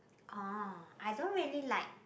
oh I don't really like